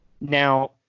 Now